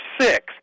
six